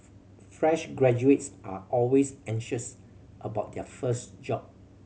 fresh graduates are always anxious about their first job